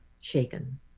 shaken